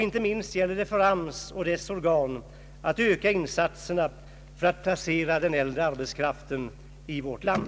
Inte minst gäller det för AMS och dess organ att öka insatserna för att placera den äldre arbetskraften i vårt land.